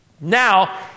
Now